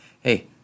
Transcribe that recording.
Hey